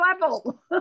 level